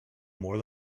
more